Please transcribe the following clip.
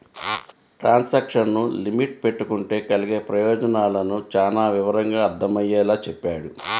transaction limit పెట్టుకుంటే కలిగే ప్రయోజనాలను చానా వివరంగా అర్థమయ్యేలా చెప్పాడు